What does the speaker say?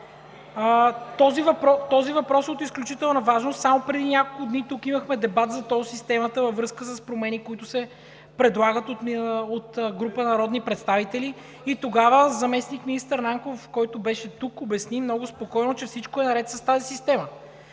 Този въпрос е от изключителна важност. Само допреди няколко дни тук имахме дебат за тол системата във връзка с промени, които се предлагат от група народни представители, и тогава заместник-министър Нанков, който беше тук обясни много спокойно, че всичко е наред с тази система.